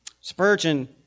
Spurgeon